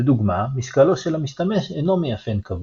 לדוגמה, משקלו של המשתמש אינו מאפיין קבוע,